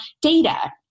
data